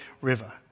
River